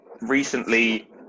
recently